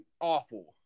awful